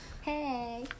Hey